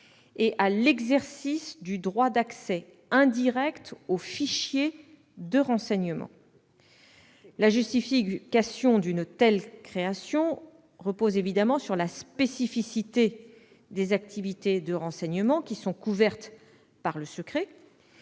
et à l'exercice du droit d'accès indirect aux fichiers de renseignement. La justification d'une telle création repose évidemment sur la spécificité des activités de renseignement couvertes par le secret,